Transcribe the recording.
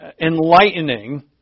enlightening